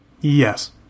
Yes